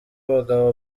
abagabo